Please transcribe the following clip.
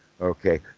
Okay